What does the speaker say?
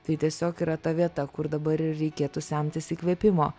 tai tiesiog yra ta vieta kur dabar reikėtų semtis įkvėpimo